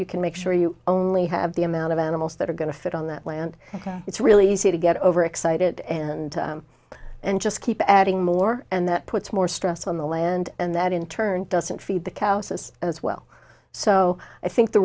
you can make sure you only have the amount of animals that are going to fit on that land it's really easy to get overexcited and and just keep adding more and that puts more stress on the land and that in turn doesn't feed the cows as as well so i think the